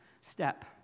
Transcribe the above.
step